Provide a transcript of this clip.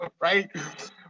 Right